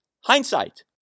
hindsight